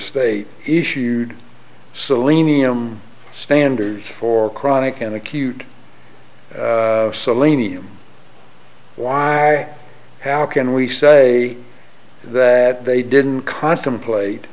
state issued selenium standards for chronic and acute selenium why how can we say that they didn't contemplate